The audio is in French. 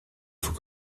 faut